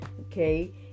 Okay